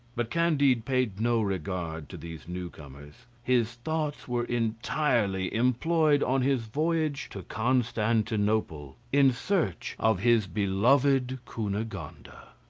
but candide paid no regard to these newcomers, his thoughts were entirely employed on his voyage to constantinople, in search of his beloved cunegonde.